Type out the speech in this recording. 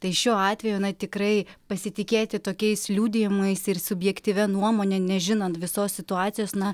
tai šiuo atveju tikrai pasitikėti tokiais liudijimais ir subjektyvia nuomone nežinant visos situacijos na